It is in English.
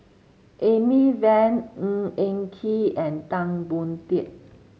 Amy Van Ng Eng Kee and Tan Boon Teik